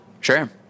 Sure